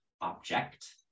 object